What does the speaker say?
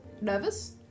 Nervous